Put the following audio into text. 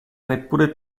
neppure